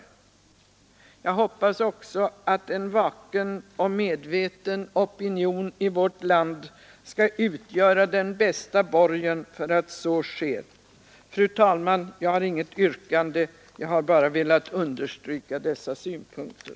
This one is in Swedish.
Jag hoppas också att en vaken och medveten opinion i vårt land skall utgöra den bästa borgen för att så sker. Fru talman! Jag har inget yrkande; jag har bara velat understryka dessa synpunkter.